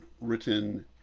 written